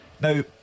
Now